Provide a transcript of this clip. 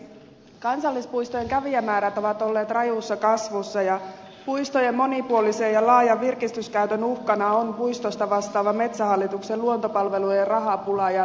kansallispuistojen kävijämäärät ovat olleet rajussa kasvussa ja puistojen monipuolisen ja laajan virkistyskäytön uhkana ovat puistosta vastaavan metsähallituksen luontopalvelujen rahapula ja tuottavuusohjelman vaikutukset